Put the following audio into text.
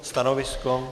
Stanovisko?